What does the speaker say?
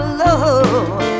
love